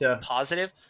positive